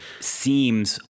seems